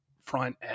front